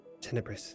Tenebris